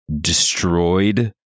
destroyed